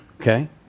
Okay